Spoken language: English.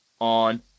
on